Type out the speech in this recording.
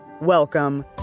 Welcome